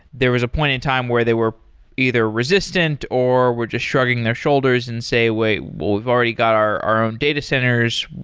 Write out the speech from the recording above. there was a point in time where they were either resistant or were just shrugging their shoulders and say, wait, we've already got our our own data centers.